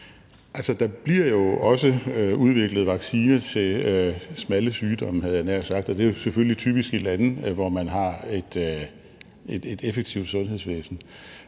der bliver jo også udviklet vacciner til smalle sygdomme, havde jeg nær sagt, og det er selvfølgelig typisk i lande, hvor man har et effektivt sundhedsvæsen.